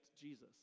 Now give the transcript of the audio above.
Jesus